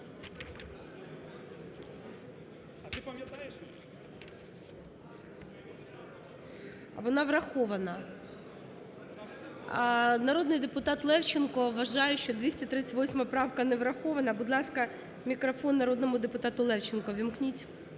Вона врахована. Народний депутат Левченко вважає, що 238 правка не врахована. Будь ласка, мікрофон народному депутату Левченку увімкніть.